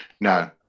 no